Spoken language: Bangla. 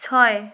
ছয়